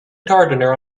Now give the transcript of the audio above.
gardener